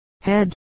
head